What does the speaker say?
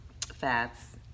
fats